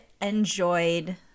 enjoyed